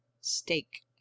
steak